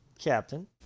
Captain